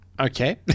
Okay